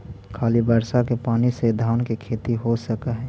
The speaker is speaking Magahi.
खाली बर्षा के पानी से धान के खेती हो सक हइ?